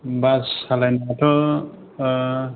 बास सालायनायाथ'